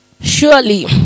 Surely